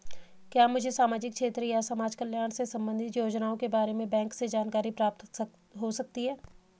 क्या मुझे सामाजिक क्षेत्र या समाजकल्याण से संबंधित योजनाओं के बारे में बैंक से जानकारी प्राप्त हो सकती है?